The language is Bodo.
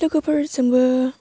लोगोफोरजोंबो